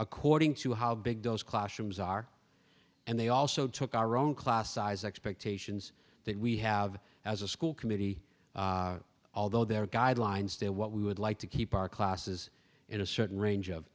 according to how big those classrooms are and they also took our own class size expectations that we have as a school committee although there are guidelines to what we would like to keep our classes in a certain range of